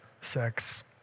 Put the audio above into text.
sex